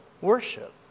worship